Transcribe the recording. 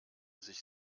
sich